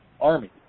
army